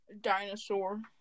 Dinosaur